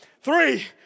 three